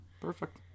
Perfect